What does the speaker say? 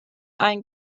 ein